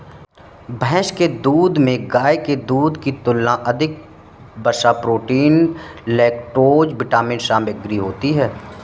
भैंस के दूध में गाय के दूध की तुलना में अधिक वसा, प्रोटीन, लैक्टोज विटामिन सामग्री होती है